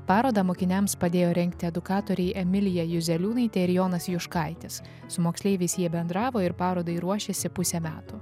parodą mokiniams padėjo rengti edukatoriai emilija juzeliūnaitė ir jonas juškaitis su moksleiviais jie bendravo ir parodai ruošėsi pusę metų